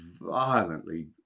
violently